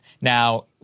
Now